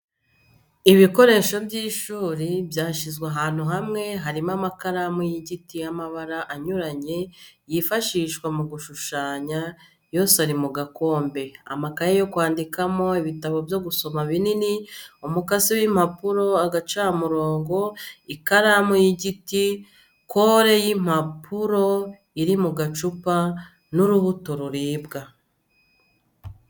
Ibikoresho by'ishuri byashyizwe ahantu hamwe harimo amakaramu y'igiti y'amabara anyuranye yifashishwa mu gushushanya yose ari mu gakombe, amakaye yo kwandikamo, ibitabo byo gusoma binini, umukasi w'impapuro, agacamurongo, ikaramu y'igiti, kore y'impapuro iri mu gacupa n'urubuto ruribwa.